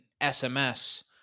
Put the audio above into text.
SMS